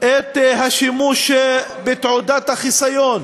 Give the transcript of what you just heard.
את השימוש בתעודת החיסיון